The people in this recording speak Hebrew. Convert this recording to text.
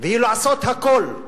והיא לעשות הכול,